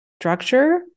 structure